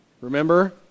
Remember